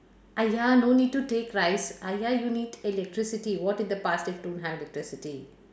!aiya! no need to take rice !aiya! you need electricity what if the past don't have electricity